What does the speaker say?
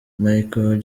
michael